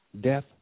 death